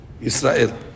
Israel